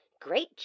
great